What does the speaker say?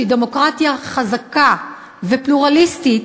שהיא דמוקרטיה חזקה ופלורליסטית,